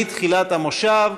מתחילת המושב,